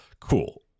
Cool